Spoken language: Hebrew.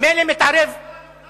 מילא אתם